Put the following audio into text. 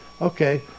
okay